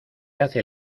hace